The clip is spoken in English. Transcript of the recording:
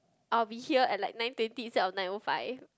I will be here at like nine thirty instead of nine O five